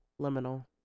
liminal